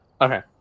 Okay